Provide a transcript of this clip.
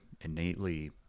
innately